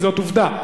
זאת עובדה.